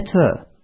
better